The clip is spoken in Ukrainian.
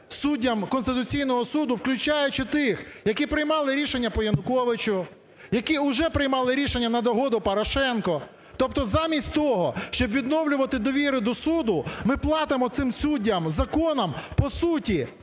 суддям Конституційного Суду, включаючи тих, які приймали рішення по Януковичу, які вже приймали рішення над угоду Порошенко. Тобто замість того, щоб відновлювати довіру до суду, ми платимо цим суддям законом, по суті,